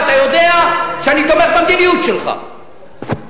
ואתה יודע שאני תומך במדיניות שלך,